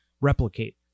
replicate